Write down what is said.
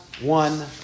one